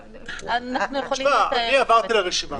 תשמע, אני עברתי על הרשימה.